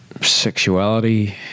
sexuality